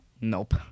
nope